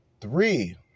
Three